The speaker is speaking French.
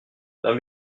leur